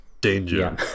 Danger